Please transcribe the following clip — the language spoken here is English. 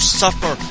suffer